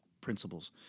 principles